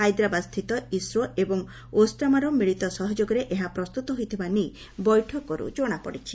ହାଇଦ୍ରାବାଦ୍ସ୍ଥିତ ଇସ୍ରୋ ଏବଂ ଓସ୍ଡାମାର ମିଳିତ ସହଯୋଗରେ ଏହା ପ୍ରସ୍ତୁତ ହୋଇଥିବା ନେଇ ବୈଠକର୍ତ ଜଣାପଡିଛି